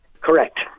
Correct